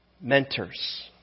mentors